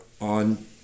on